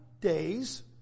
days